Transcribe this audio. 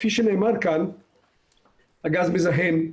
כפי שנאמר כאן הגז מזהם,